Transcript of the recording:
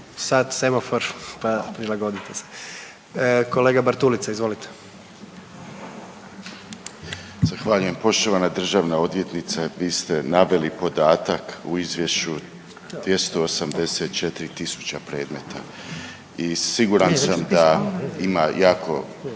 sat semafor pa prilagodite se. Kolega Bartulica, izvolite. **Bartulica, Stephen Nikola (DP)** Zahvaljujem. Poštovana državna odvjetnice. Vi ste naveli podatak u izvješću 284.000 predmeta i siguran sam da ima jako